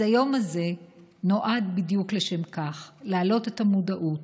אז היום הזה נועד בדיוק לשם כך: להעלות את המודעות,